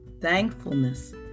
Thankfulness